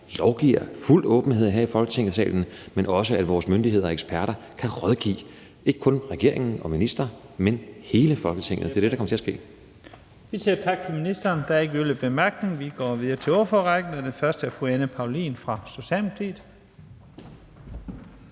lovgiver i fuld åbenhed her i Folketingssalen, men det gælder også, at vores myndigheder og eksperter kan rådgive, ikke kun regeringen og ministre, men hele Folketinget. Det er det, der kommer til at ske. Kl. 15:51 Første næstformand (Leif Lahn Jensen): Vi siger tak til ministeren. Der er ikke yderligere korte bemærkninger. Vi går videre til ordførerrækken, og den første er fru Anne Paulin fra Socialdemokratiet.